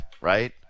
right